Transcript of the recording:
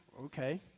okay